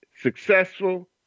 successful